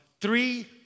three